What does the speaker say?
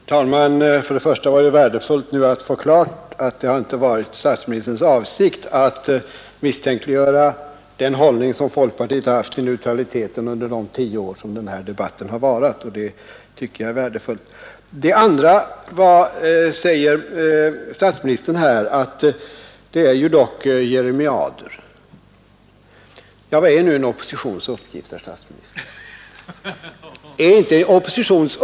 Herr talman! Det var värdefullt att få klarlagt att det inte varit statsministerns avsikt att misstänkliggöra den hållning som folkpartiet har intagit till neutraliteten under de tio år som EEC-debatten pågått. Statsministern tycker att vi kommer med jeremiader. Ja, vad är nu en oppositions uppgift, herr statsminister?